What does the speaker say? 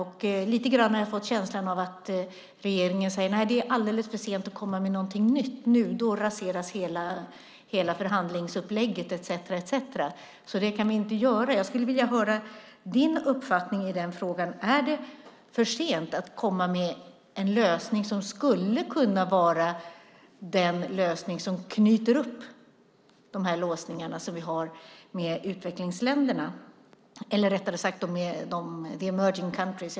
Jag har lite grann fått känslan att regeringen säger att det är alldeles för sent att komma med någonting nytt nu, att man då raserar hela förhandlingsupplägget etcetera och att man därför inte kan göra så. Jag skulle vilja höra din uppfattning i den frågan. Är det för sent att komma med en lösning som skulle kunna knyta upp de låsningar som vi har med utvecklingsländerna, eller rättare sagt med emerging countries?